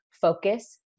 focus